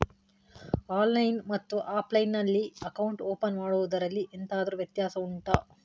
online ಮತ್ತು offline ನಲ್ಲಿ account open ಮಾಡುವುದರಲ್ಲಿ ಎಂತಾದರು ವ್ಯತ್ಯಾಸ ಉಂಟಾ